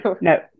no